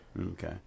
Okay